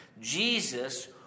Jesus